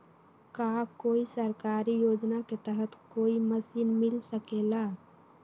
का कोई सरकारी योजना के तहत कोई मशीन मिल सकेला?